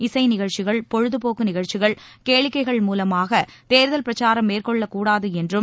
இசை நிகழ்ச்சிகள் பொழுதுபோக்கு நிகழ்ச்சிகள் கேளிக்கைகள் மூலமாக தேர்தல் பிரச்சாரம் மேற்கொள்ளக் கூடாது என்றும்